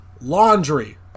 Laundry